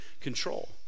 control